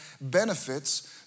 benefits